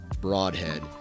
broadhead